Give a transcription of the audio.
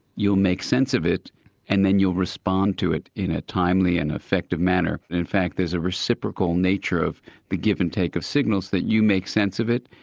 you'll make sense of it and then you'll respond to it in a timely and effective manner. then in fact there's a reciprocal nature of the give and take of signals that you make sense of it,